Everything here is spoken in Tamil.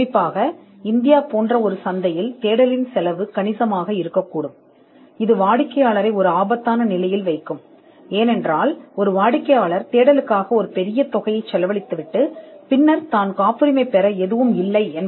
குறிப்பாக இந்தியா போன்ற ஒரு சந்தையில் தேடல் செலவு கணிசமாக இருக்கக்கூடும் இது வாடிக்கையாளரை ஒரு ஆபத்தான நிலையில் வைக்கும் ஏனென்றால் ஒரு வாடிக்கையாளர் தேடலுக்காக ஒரு பெரிய தொகையை செலவழிப்பார் பின்னர் இறுதியில் உணர முடியும் காப்புரிமை பெற எதுவும் இல்லை என்று